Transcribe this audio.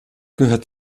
gehört